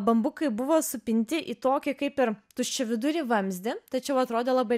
bambukai buvo supinti į tokį kaip ir tuščiavidurį vamzdį tačiau atrodė labai